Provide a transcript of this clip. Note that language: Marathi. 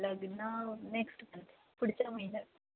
लग्न नेक्स्ट मंथ पुढच्या महिन्यात